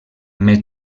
més